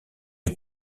est